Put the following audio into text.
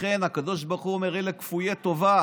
לכן, הקדוש ברוך הוא אומר: אלו כפויי טובה,